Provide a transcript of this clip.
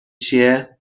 چیه